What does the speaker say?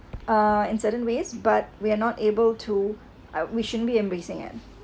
uh in certain ways but we're not able to I we shouldn't be embracing it